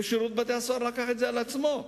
ושירות בתי-הסוהר קיבל את זה על עצמו.